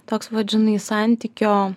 toks vat žinai santykio